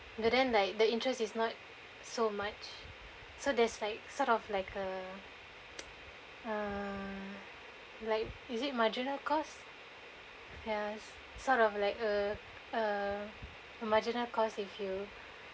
but then like the interest is not so much so that's like sort of like a uh like is it marginal cost yes sort of like a uh marginal cost if you